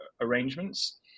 arrangements